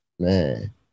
Man